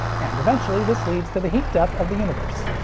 and eventually, this leads to the heat death of the universe.